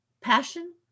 passion